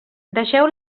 deixeu